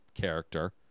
character